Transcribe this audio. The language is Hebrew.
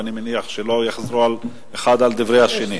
ואני מניח שלא יחזרו אחד על דברי השני.